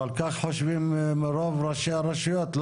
אבל כך חושבים רוב ראשי הרשויות.